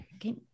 okay